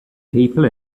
people